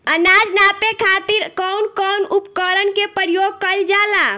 अनाज नापे खातीर कउन कउन उपकरण के प्रयोग कइल जाला?